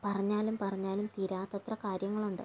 പറഞ്ഞാലും പറഞ്ഞാലും തീരാത്തത്ര കാര്യങ്ങളുണ്ട്